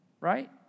right